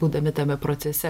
būdami tame procese